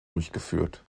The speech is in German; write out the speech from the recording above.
durchgeführt